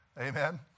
Amen